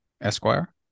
esquire